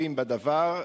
המעורבים בדבר,